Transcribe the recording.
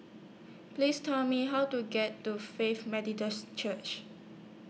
Please Tell Me How to get to Faith Methodist Church